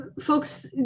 folks